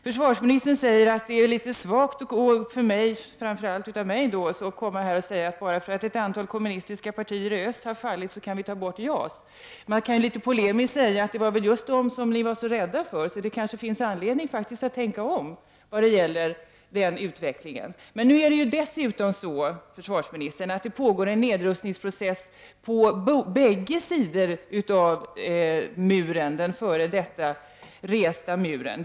Försvarsministern säger att det är litet svagt, framför allt av mig, att komma här och säga att bara för att ett antal kommunistiska partier i öst har fallit, kan vi ta bort JAS. Man kan ju litet polemiskt säga att det väl var just dem som ni var så rädda för, så det kanske finns anledning att tänka om när det gäller den utvecklingen. Men nu är det också så, försvarsministern, att det pågår en nedrustningsprocess på bägge sidor om muren -— eller f.d. muren.